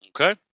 Okay